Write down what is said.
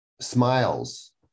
smiles